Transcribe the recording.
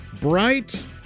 bright